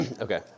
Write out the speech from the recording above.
Okay